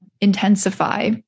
intensify